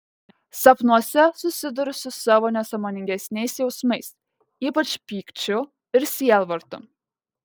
sapnuose susiduriu su savo nesąmoningesniais jausmais ypač pykčiu ir sielvartu